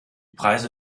preise